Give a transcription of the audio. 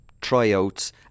tryouts